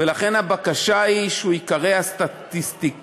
ולכן הבקשה היא שהוא ייקרא "הסטטיסטיקן